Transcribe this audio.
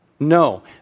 No